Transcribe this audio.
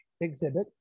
exhibit